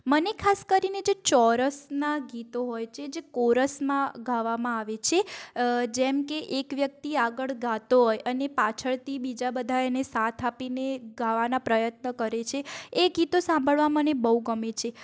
મને ખાસ કરીને જે ચોરસના ગીતો હોય છે જે કોરસમાં ગાવામાં આવે છે જેમ કે એક વ્યક્તિ આગળ ગાતો હોય અને પાછળથી બીજા બધા એને સાથ આપીને ગાવાના પ્રયત્ન કરે છે એ ગીતો સાંભળવા મને બહુ ગમે છે